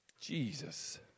Jesus